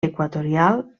equatorial